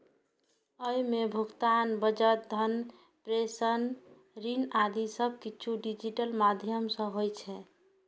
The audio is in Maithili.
अय मे भुगतान, बचत, धन प्रेषण, ऋण आदि सब किछु डिजिटल माध्यम सं होइ छै